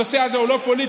הנושא הזה הוא לא פוליטי,